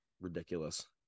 Ridiculous